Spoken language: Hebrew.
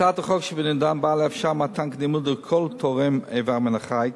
הצעת החוק שבנדון באה לאפשר מתן קדימות לכל תורם איבר מן החי,